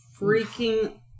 freaking